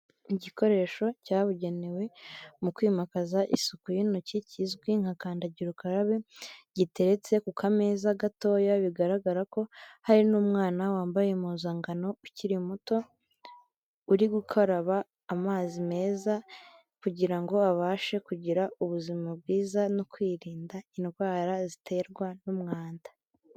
Igikoresho cyabugenewe mu kwimakaza isuku y'intoki kizwi nka kandagira ukarabe, giteretse ku kameza gatoya, bigaragara ko hari n'umwana wambaye impuzangano ukiri muto, uri gukaraba amazi meza kugira ngo abashe kugira ubuzima bwiza no kwirinda indwara ziterwa n'umwanda.